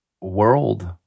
world